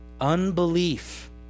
Unbelief